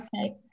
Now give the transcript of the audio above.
Okay